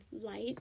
light